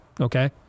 Okay